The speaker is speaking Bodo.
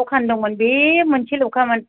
दखान दंमोन बे मोनसेल'खामोन